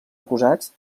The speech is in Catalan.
acusats